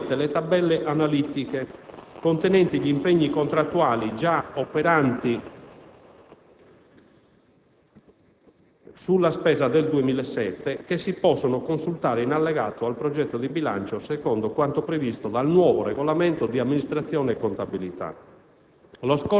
vanno lette le tabelle analitiche contenenti gli impegni contrattuali già operanti sulla spesa del 2007, che si possono consultare in allegato al progetto di bilancio secondo quanto previsto dal nuovo Regolamento di amministrazione e contabilità.